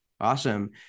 Awesome